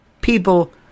people